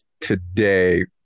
today